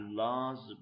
Allah's